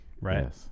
right